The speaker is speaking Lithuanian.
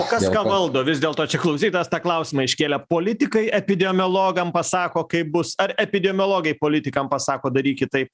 o kas valdo vis dėlto čia klausytojas tą klausimą iškėlė politikai epidemiologam pasako kaip bus ar epidemiologai politikam pasako darykit taip